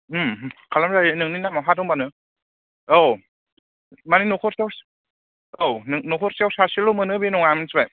खालामजायो नोंनि नामाव हा दंबानो औ माने नखरसेयाव औ नखरसेयाव सासेल' मोनो बे नङा मिथिबाय